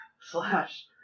slash